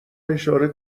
اشاره